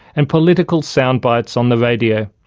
and political sound bites on the radio.